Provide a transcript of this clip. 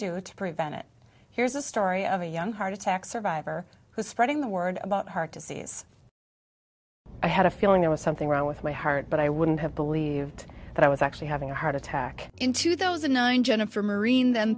do to prevent it here's a story of a young heart attack survivor who is spreading the word about heart disease i had a feeling there was something wrong with my heart but i wouldn't have believed that i was actually having a heart attack in two thousand and nine jennifer marine th